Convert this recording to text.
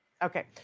Okay